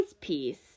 piece